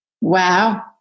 Wow